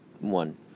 one